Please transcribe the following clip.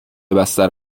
بستر